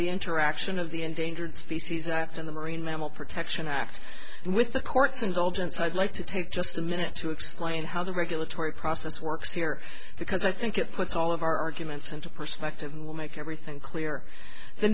the interaction of the endangered species act in the marine mammal protection act and with the court's indulgence i'd like to take just a minute to explain how the regulatory process works here because i think it puts all of our arguments into perspective and will make everything clear the